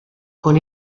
con